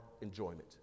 enjoyment